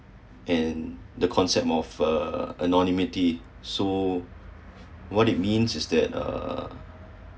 and the concept of uh anonymity so what you mean is that uh